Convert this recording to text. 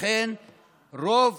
רוב